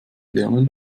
lernen